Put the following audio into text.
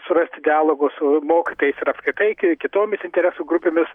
surasti dialogo su mokytojais ir apskritai ki kitomis interesų grupėmis